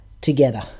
together